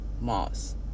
Moss